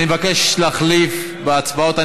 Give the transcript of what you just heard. אני מבקש להחליף בהצבעות.